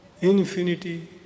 infinity